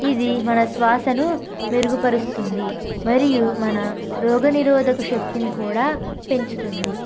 ఇది మన శ్వాసను మెరుగుపరుస్తుంది మరియు మన రోగనిరోధక శక్తిని కూడా పెంచుతుంది